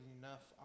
enough